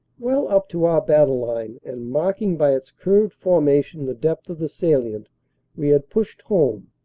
well up to our battle line, and marking by its curved formation the depth of the salient we had pushed home,